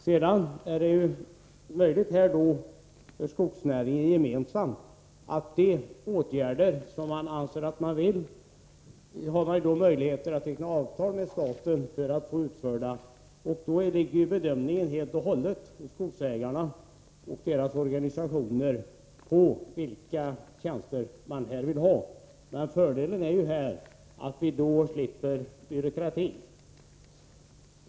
Sedan är det ju möjligt för skogsnäringen gemensamt att teckna avtal med staten för att få de åtgärder vidtagna som man är överens om. Då ligger bedömningen helt och hållet hos skogsägarna och deras organisationer om vilka tjänster man vill ha. Fördelen är att man då slipper byråkrati.